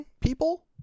people